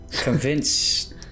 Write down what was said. convince